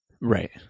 Right